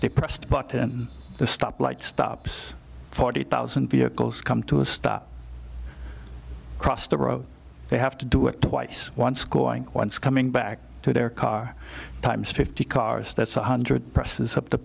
depressed button the stop light stops forty thousand vehicles come to a stop cross the road they have to do it twice once going once coming back to their car times fifty cars that's one hundred presses the